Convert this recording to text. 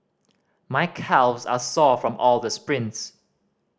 my calves are sore from all the sprints